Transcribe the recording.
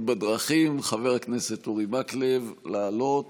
בדרכים חבר הכנסת אורי מקלב לעלות